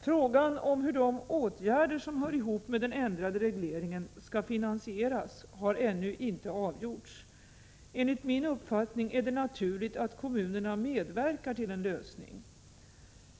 Frågan om hur de åtgärder som hör ihop med den ändrade regleringen skall finansieras har ännu inte avgjorts. Enligt min uppfattning är det naturligt att kommunerna medverkar tillen lösning.